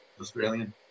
australian